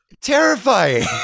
terrifying